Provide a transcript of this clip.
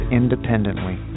independently